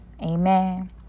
Amen